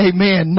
Amen